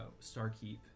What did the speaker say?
Starkeep